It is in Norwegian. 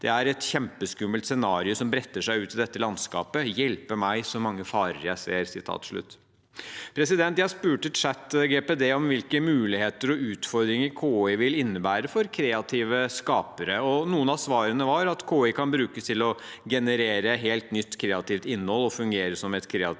«Det er et kjempeskummelt scenario som bretter seg ut i dette landskapet. Hjelpe meg så mange farer jeg ser.» Jeg spurte ChatGPT om hvilke muligheter og utfordringer KI vil innebære for kreative skapere. Noen av svarene var at KI kan brukes til å generere helt nytt kreativt innhold og fungere som en kreativ